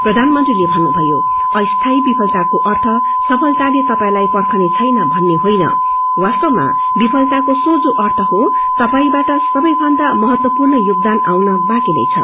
प्रधानमंत्रीले भन्नुभ्यो अस्थायी विफलताको आर्थ सफलताले तपाईलाई पर्खने छैन भन्ने होइन वास्तवमा विफलताको सोझो अीं हो तपाईबाट सबैभन्दामहतवपूर्ण योगदान आउन अझै बाँकी छ